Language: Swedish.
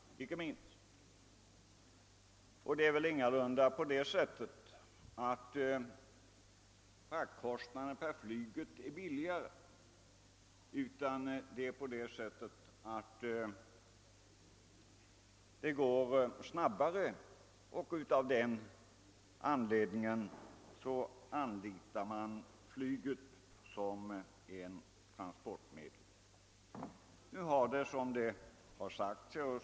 Och det är väl ingalunda så att fraktkostnaderna per flyg är lägre, men det går snabbare att skicka gods med flyg och det är anledningen till att detta transportmedel anlitas.